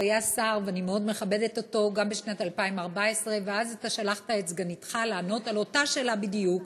הוא היה שר ואני מאוד מכבדת אותו גם בשנת 2014. ואז אתה שלחת את סגניתך לענות על אותה שאלה בדיוק.